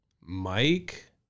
Mike